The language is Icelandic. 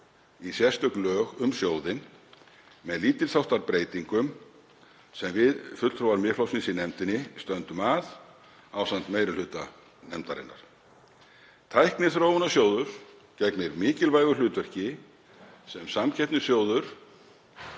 í sérstök lög um sjóðinn, með lítils háttar breytingum sem við fulltrúar Miðflokksins í nefndinni stöndum að ásamt meiri hluta nefndarinnar. Tækniþróunarsjóður gegnir mikilvægu hlutverki sem samkeppnissjóður